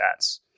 stats